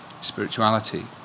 spirituality